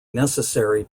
necessary